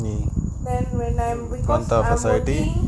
on top residing